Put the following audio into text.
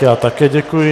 Já také děkuji.